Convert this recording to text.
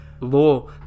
law